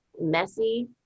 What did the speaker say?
messy